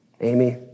amy